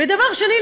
ודבר שני,